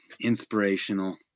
inspirational